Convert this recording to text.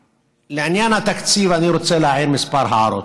לעניין התקציב אני רוצה להעיר כמה הערות.